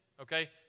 Okay